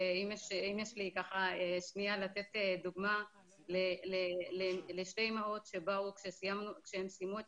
אם יש לי שנייה לתת דוגמה לשתי אימהות שכשהן סיימו את